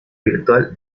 virtual